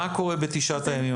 מה קורה בתשעת הימים הנותרים?